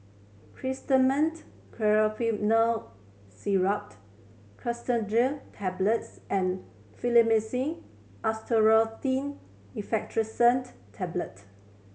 Chlorminet Syrup Cetirizine Tablets and Fluimucil Acetylcysteine Effervescent Tablet